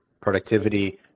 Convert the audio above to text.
productivity